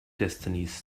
destinies